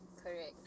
Correct